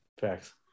facts